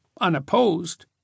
unopposed